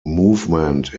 movement